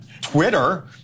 Twitter